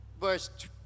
Verse